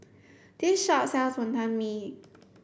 this shop sells Wonton Mee